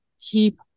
keep